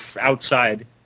outside